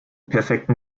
perfekten